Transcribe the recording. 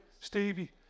Stevie